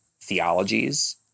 theologies